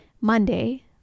Monday